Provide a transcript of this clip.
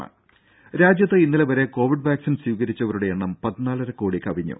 ദേദ രാജ്യത്ത് ഇന്നലെ വരെ കോവിഡ് വാക്സിൻ സ്വീകരിച്ചവരുടെ എണ്ണം പതിനാലര കോടി കവിഞ്ഞു